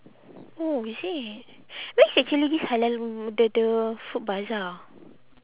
oh is it where's actually this halal mm the the food bazaar